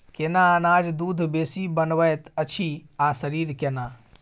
केना अनाज दूध बेसी बनबैत अछि आ शरीर केना?